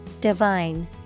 Divine